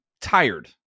tired